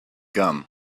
gum